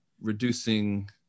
reducing